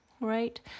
right